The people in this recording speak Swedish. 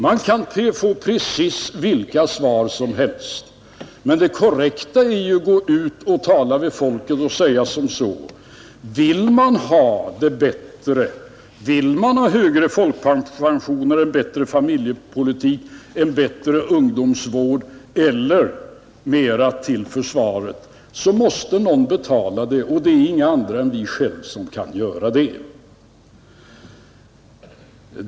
Man kan få precis vilka svar som helst, men det korrekta är ju att gå ut och tala med folket och säga som så: Vill man ha det bättre, vill man ha högre folkpensioner, en bättre familjepolitik, en bättre ungdomsvård eller mera till försvaret, så måste någon betala det, och det är inga andra än vi själva som kan göra det.